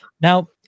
Now